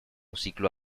ciclo